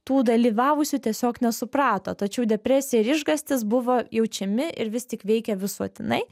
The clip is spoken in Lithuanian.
tų dalyvavusių tiesiog nesuprato tačiau depresija ir išgąstis buvo jaučiami ir vis tik veikė visuotinai